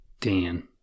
Dan